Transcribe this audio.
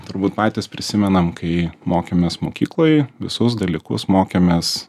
turbūt patys prisimenam kai mokėmės mokykloj visus dalykus mokėmės